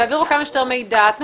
תעבירו כמה שיותר מידע,